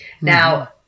Now